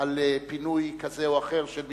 על פינוי כזה או אחר של מתיישבים,